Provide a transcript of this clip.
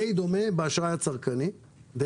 די דומה באשראי הצרכני,